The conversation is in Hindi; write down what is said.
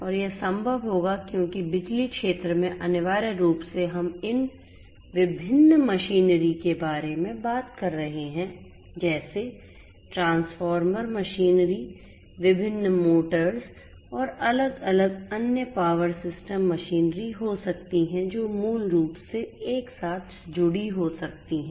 और यह संभव होगा क्योंकि बिजली क्षेत्र में अनिवार्य रूप से हम इन विभिन्न मशीनरी के बारे में बात कर रहे हैं जैसे ट्रांसफॉर्मर मशीनरी विभिन्न मोटर्स और अलग अलग अन्य पावर सिस्टम मशीनरी हो सकती हैं जो मूल रूप से एक साथ जुड़ी हो सकती हैं